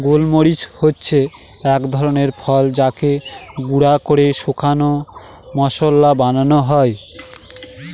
গোল মরিচ হচ্ছে এক ধরনের ফল যাকে গুঁড়া করে শুকনো মশলা বানানো হয়